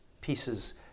pieces